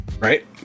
right